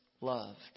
loved